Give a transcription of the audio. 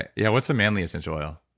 and yeah. what's a manly essential oil?